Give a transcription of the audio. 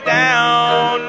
down